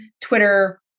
Twitter